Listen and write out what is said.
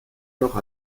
noch